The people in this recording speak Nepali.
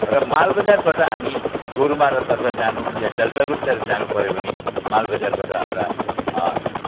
र मालबजारबाट हामी गोरुमारा तर्फ जानु यो जलपाइगुडी तर्फ जानु पऱ्यो भने मालबजारबाट हाम्रा